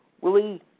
Willie